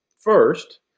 First